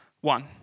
One